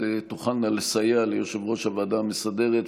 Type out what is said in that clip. תוכלנה לסייע ליושב-ראש הוועדה המסדרת,